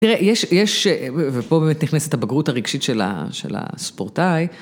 תראה, יש, ופה באמת נכנסת הבגרות הרגשית של הספורטאי.